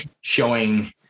showing